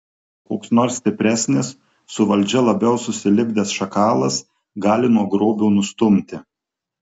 koks nors stipresnis su valdžia labiau susilipdęs šakalas gali nuo grobio nustumti